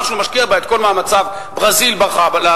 מאז שהוא אמר שהוא משקיע בה את כל מאמציו ברזיל ברחה לנו,